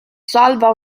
salva